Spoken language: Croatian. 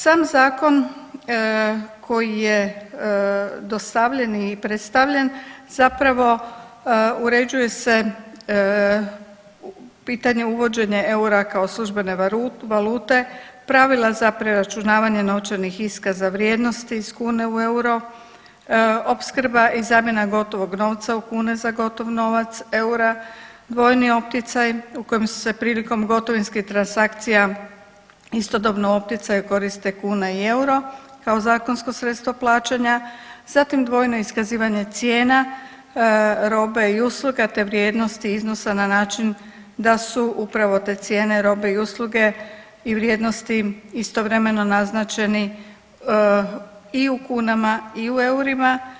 Sam Zakon koji je dostavljen i predstavljen zapravo uređuje se pitanje uvođenje eura kao službene valute, previla za preračunavanje novčanih iskaza za vrijednosti iz kune u euro, opskrba i zamjena gotovog novca u kune za gotov novac eura, dvojni opticaj, u kojem su se prilikom gotovinskih transakcija istodobno u opticaju koriste kuna i euro kao zakonsko sredstvo plaćanja, zatim dvojno iskazivanje cijena robe i usluge te vrijednosti iznosa na način da su upravo te cijene robe i usluge i vrijednosti istovremeno naznačeni i u kunama i u eurima.